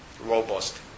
robust